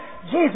Jesus